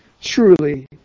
Truly